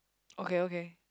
okay okay